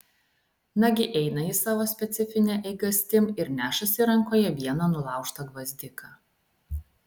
nagi eina jis savo specifine eigastim ir nešasi rankoje vieną nulaužtą gvazdiką